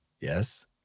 Yes